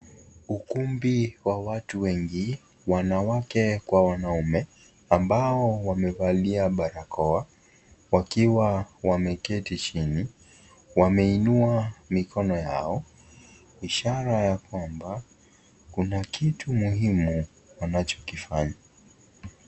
Ukumbi wa watu wengi wanawake kwa wanaume ambao wamevalia barakoa wakiwa wameketi chini. Wameinua mikono yao ishara kwamba kuna kitu muhimu wanachokifanya.